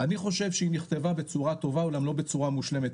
אני חושב שהיא נכתבה בצורה טובה אבל לא בצורה משולמת,